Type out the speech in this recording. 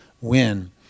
win